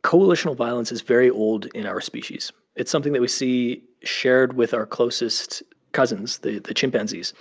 coalitional violence is very old in our species. it's something that we see shared with our closest cousins, the the chimpanzees.